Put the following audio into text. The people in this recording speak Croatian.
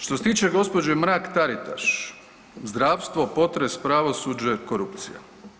Što se tiče gospođe Mrak Taritaš, zdravstvo, potres, pravosuđe, korupcija.